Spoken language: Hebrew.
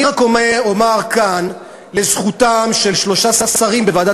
אני רק אומר כאן לזכותם של שלושה שרים בוועדת